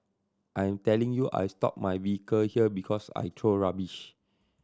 I'm telling you I stop my vehicle here because I throw rubbish